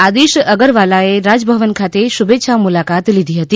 આદિશ અગરવાલાએ રાજભવન ખાતે શુભેચ્છા મુલાકાત લીધી હતી